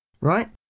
right